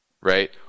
right